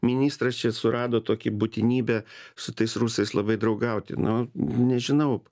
ministras čia surado tokį būtinybę su tais rusais labai draugauti nu nežinau